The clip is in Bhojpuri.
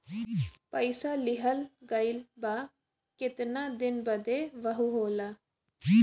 पइसा लिहल गइल बा केतना दिन बदे वहू होला